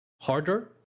harder